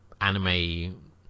anime